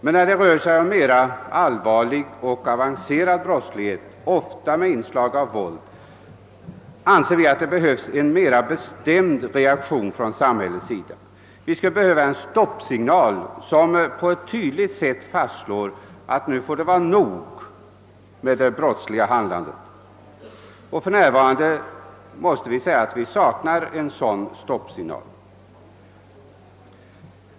Men när det rör sig om mera allvarlig och avancerad brottslighet, ofta med inslag av våld, anser vi att det behövs en mera bestämd reaktion från samhällets sida. Vi skulle behöva en stoppsignal som på ett tydligt sätt fastslår, att »nu får det vara nog med det brottsliga handlandet». För närvarande saknas en sådan stoppsignal.